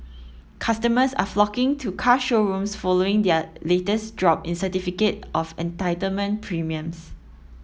customers are flocking to car showrooms following their latest drop in certificate of entitlement premiums